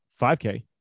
5k